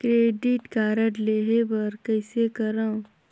Credit card लेहे बर कइसे करव?